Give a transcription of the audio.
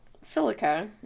Silica